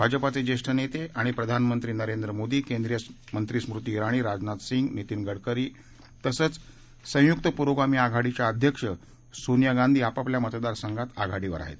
भाजपाचे ज्येष्ठ नेते आणि प्रधानमंत्री नरेंद्र मोदी केंद्रीय मंत्री स्मृती िंगणी राजनाथ सिंह नितीन गडकरी तसंच संयुक्त पुरोगामी आघाडीच्या अध्यक्ष सोनिया गांधी आपापल्या मतदारसंघात आघाडीवर आहत